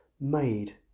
Made